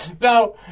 Now